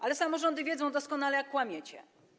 Ale samorządy wiedzą doskonale, jak kłamiecie.